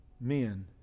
men